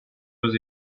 with